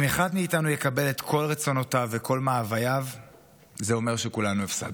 אם אחד מאיתנו יקבל את כל רצונותיו וכל מאווייו זה אומר שכולנו הפסדנו.